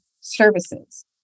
services